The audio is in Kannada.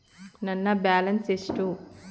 ನನ್ನ ಬ್ಯಾಲೆನ್ಸ್ ಎಷ್ಟು?